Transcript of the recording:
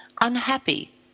unhappy